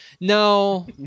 No